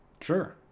sure